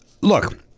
look